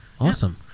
awesome